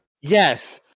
Yes